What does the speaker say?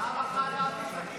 52 בעד, 60 נגד.